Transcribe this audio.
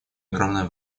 огромное